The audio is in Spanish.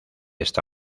esta